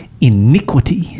iniquity